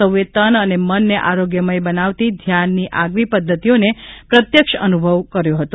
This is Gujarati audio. સૌએ તન અને મનને આરોગ્યમય બનાવતી ધ્યાનની આગવી પદ્ધતિઓને પ્રત્યક્ષ અનુભવ કર્યો હતો